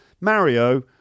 Mario